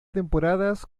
temporadas